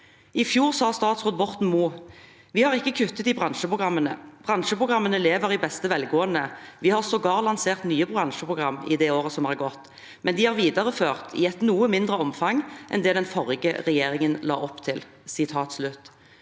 I fjor sa statsråd Borten Moe: «Vi har ikke kuttet i bransjeprogrammene. Bransjeprogrammene lever i beste velgående, vi har sågar lansert nye bransjeprogram i det året som har gått, men de er videreført i et noe mindre omfang enn det den forrige regjeringen la opp til.»